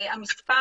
מספר